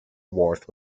wharf